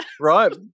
Right